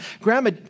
Grandma